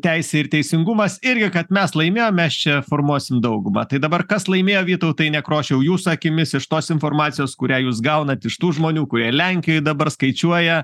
teisė ir teisingumas irgi kad mes laimėjom mes čia formuosim daugumą tai dabar kas laimėjo vytautai nekrošiau jūsų akimis iš tos informacijos kurią jūs gaunat iš tų žmonių kurie lenkijoj dabar skaičiuoja